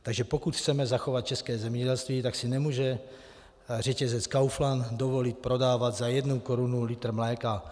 Takže pokud chceme zachovat české zemědělství, tak si nemůže řetězec Kaufland dovolit prodávat za jednu korunu litr mléka.